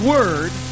Word